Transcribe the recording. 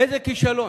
איזה כישלון?